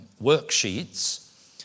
worksheets